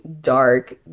dark